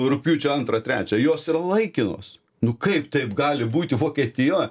rugpjūčio antrą trečią jos yra laikinos nu kaip taip gali būti vokietija